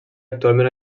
actualment